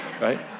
Right